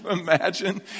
imagine